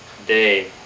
day